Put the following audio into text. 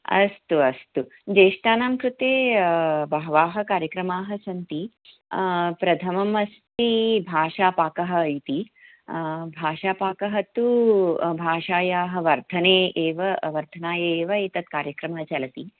अस्तु अस्तु ज्येष्ठानां कृते बहवः कार्यक्रमाः सन्ति प्रथमम् अस्ति भाषापाकः इति भाषापाकः तु भाषायाः वर्धने एव वर्धनाय एव एतत् कार्यक्रमः चलति